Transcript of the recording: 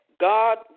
God